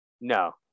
No